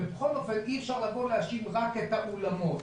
ובכל אופן אי אפשר להאשים רק את האולמות.